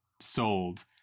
sold